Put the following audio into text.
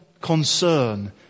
concern